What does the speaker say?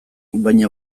baina